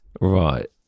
Right